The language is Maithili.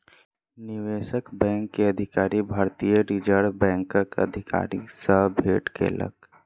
निवेशक बैंक के अधिकारी, भारतीय रिज़र्व बैंकक अधिकारी सॅ भेट केलक